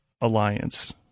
Alliance